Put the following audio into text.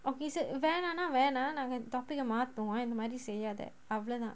okay sir வேணாம்னாவேணாம்நாங்கதப்பிக்கமாட்டோம்அவ்ளோதா:venamna venam naanka thappika maatom avlotha